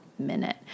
minute